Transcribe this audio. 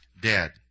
dead